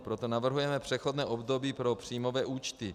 Proto navrhujeme přechodné období pro příjmové účty.